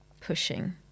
pushing